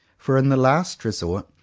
for, in the last resort,